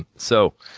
so,